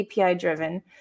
API-driven